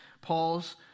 Paul's